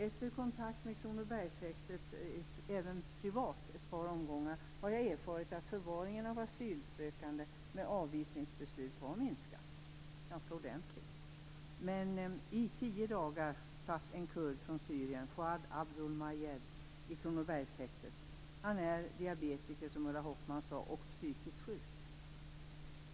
Efter kontakt med Kronobergshäktet, även privat i ett par omgångar, har jag erfarit att förvaringen av asylsökande med avvisningsbeslut har minskat. Den har minskat ganska ordentligt. Men i tio dagar satt en kurd från Syrien, Fouad Abdul Majed, i Kronobergshäktet. Han är diabetiker, som Ulla Hoffmann sade, och psykiskt sjuk.